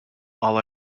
all